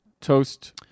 toast